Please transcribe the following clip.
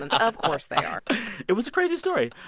and of course they are it was a crazy story.